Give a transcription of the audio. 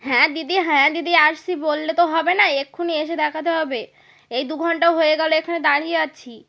হ্যাঁ দিদি হ্যাঁ দিদি আসছি বললে তো হবে না এক্ষুনি এসে দেখাতে হবে এই দু ঘন্টা হয়ে গেল এখানে দাঁড়িয়ে আছি